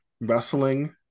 wrestling